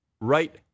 right